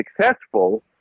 successful